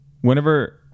whenever